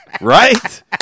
right